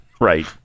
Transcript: right